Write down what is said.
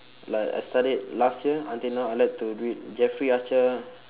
like I started last year until now I like to read jeffrey archer